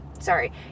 Sorry